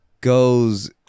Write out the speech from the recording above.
goes